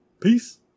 Peace